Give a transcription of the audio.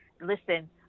listen